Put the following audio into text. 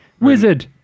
wizard